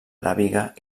aràbiga